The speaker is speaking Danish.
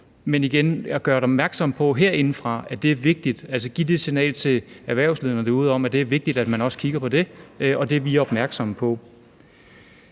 Men igen: Vi skal gøre opmærksom på herindefra, at det er vigtigt, altså give det signal til erhvervslederne derude om, at det er vigtigt også at kigge på det, og at det er vi opmærksomme på.